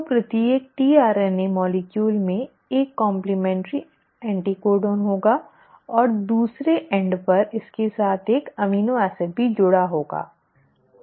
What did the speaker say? तो प्रत्येक tRNA अणु में एक कॉमप्लीमेंट्री एंटिकोडन होगा और दूसरे छोर पर इसके साथ एक एमिनो एसिड भी जुड़ा होगा